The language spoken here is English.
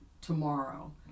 tomorrow